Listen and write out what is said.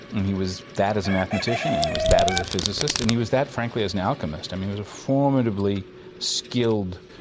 and he was that as a mathematician, and he was that as a physicist and he was that, frankly, as an alchemist. he was a formidably skilled,